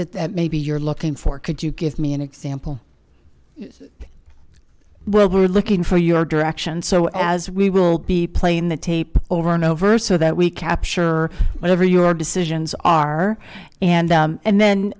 it maybe you're looking for could you give me an example well we're looking for you our direction so as we will be playing the tape over and over so that we capture whatever your decisions are and and then